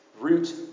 root